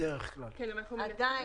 עדיין.